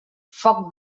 foc